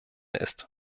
ist